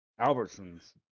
Albertsons